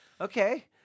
Okay